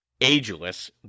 ageless